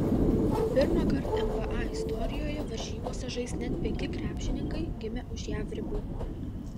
pirmąkart nba istorijoje varžybose žais net penki krepšininkai gimę už jav ribų